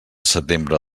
setembre